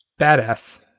badass